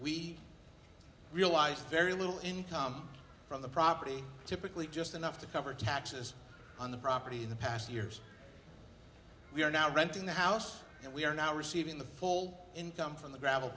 we realized very little income from the property typically just enough to cover taxes on the property in the past years we are now renting the house and we are not receiving the full income from the gravel